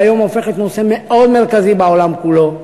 שהיום הופכת נושא מאוד מרכזי בעולם כולו.